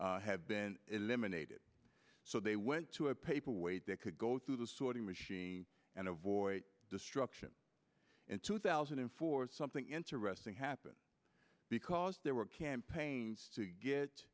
have been eliminated so they went to a paper weight that could go through the sorting machine and avoid destruction in two thousand and four something interesting happened because there were campaigns to